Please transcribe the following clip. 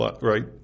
right